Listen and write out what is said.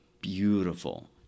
Beautiful